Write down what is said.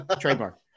Trademark